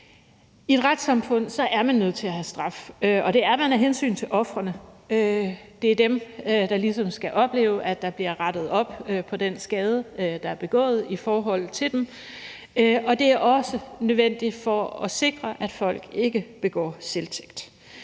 I et retssamfund er man nødt til at have straf, og det er man af hensyn til ofrene. Det er dem, der ligesom skal opleve, at der bliver rettet op på den skade, der er begået imod dem, og det er også nødvendigt for at sikre, at folk ikke begår selvtægt.